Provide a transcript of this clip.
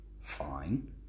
fine